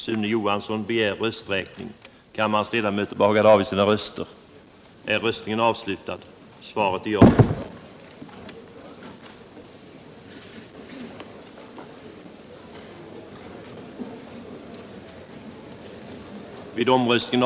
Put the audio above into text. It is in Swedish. I det följande redovisas endast de punkter, vid vilka under överläggningen framställts särskilda yrkanden.